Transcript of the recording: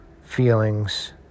feelings